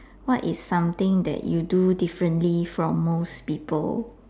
what is something that you do differently from most people